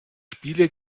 spiele